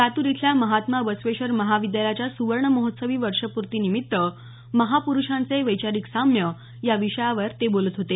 लातूर इथल्या महात्मा बसवेश्वर महाविद्यालयाच्या सुवर्ण महोत्सवी वर्षपूर्ती निमित्त महापुरुषांचे वैचारिक साम्य या विषयावर ते बोलत होते